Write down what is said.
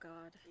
God